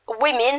women